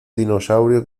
dinosaurio